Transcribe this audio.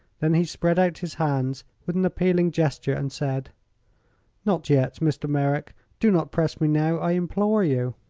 then he spread out his hands with an appealing gesture and said not yet, mr. merrick! do not press me now, i implore you.